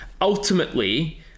Ultimately